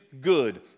good